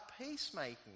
peacemaking